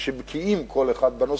כמה חברי כנסת, שבקיאים כל אחד בנושא,